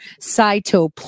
cytoplasm